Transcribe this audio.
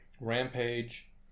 Rampage